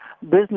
business